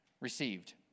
received